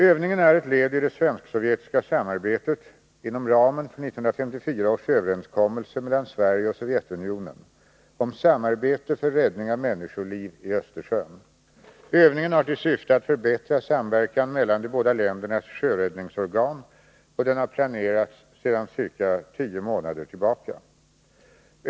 Övningen är ett led i det svensk-sovjetiska samarbetet inom ramen för 1954 års överenskommelse mellan Sverige och Sovjetunionen om samarbete för räddning av människoliv i Östersjön. Övningen har till syfte att förbättra samverkan mellan de båda ländernas sjöräddningsorgan, och den har planerats sedan ca 10 månader tillbaka.